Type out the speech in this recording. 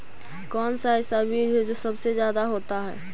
कौन सा ऐसा बीज है जो सबसे ज्यादा होता है?